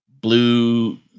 Blue